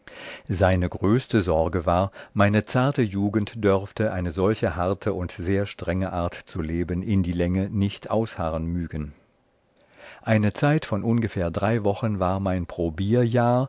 seine größte sorge war meine zarte jugend dörfte ein solche harte und sehr strenge art zu leben in die länge nicht ausharren mügen eine zeit von ungefähr drei wochen war mein probierjahr